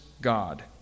God